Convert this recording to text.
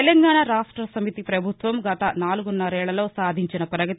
తెలంగాణ రాష్టసమితి పభుత్వం గత నాలుగన్నరేళ్లలో సాధించిన పగతి